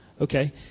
okay